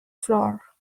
floor